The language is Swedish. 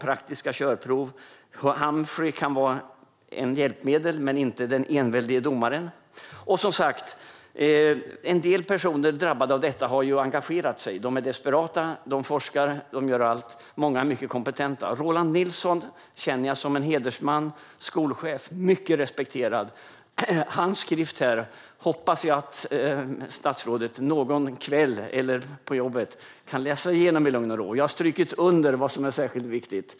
Syntestmaskinen Humphrey kan vara ett hjälpmedel men inte den enväldige domaren. En del drabbade personer har engagerat sig i frågan. De är desperata och forskar i frågan, och många av dem är mycket kompetenta. Roland Nilsson känner jag som en hedersman, skolchef och mycket respekterad. Jag hoppas att statsrådet någon kväll eller på jobbet läser igenom hans skrift i lugn och ro. Jag har strukit under vad som är särskilt viktigt.